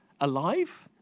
alive